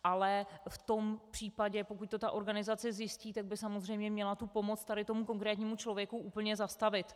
Ale v tom případě pokud to ta organizace zjistí, tak by samozřejmě měla pomoc tady tomu konkrétnímu člověku úplně zastavit.